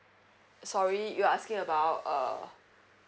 sorry you're asking about uh